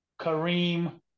Kareem